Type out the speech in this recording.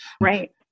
Right